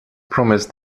promise